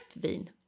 vin